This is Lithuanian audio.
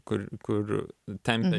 kur kur ten